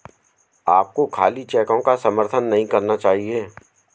आपको खाली चेकों का समर्थन नहीं करना चाहिए